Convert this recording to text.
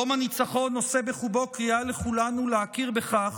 יום הניצחון נושא בחובו קריאה לכולנו להכיר בכך